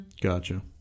Gotcha